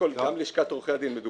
הן נקבעו על ידי לשכת עורכי הדין,